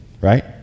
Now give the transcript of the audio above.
right